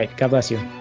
like god bless you